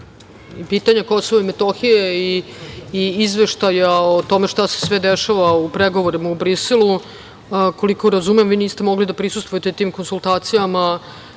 pitanja Kosova i Metohije i Izveštaja o tome šta se sve dešava u pregovorima u Briselu. Koliko razumem, vi niste mogli da prisustvujete tim konsultacijama